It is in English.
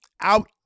Out